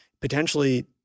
potentially